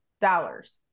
dollars